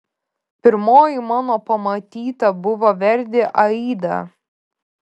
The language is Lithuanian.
pirmoji mano pamatyta buvo verdi aida